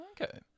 Okay